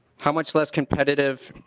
how much less competitive